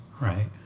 Right